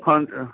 ਹਾਂਜੀ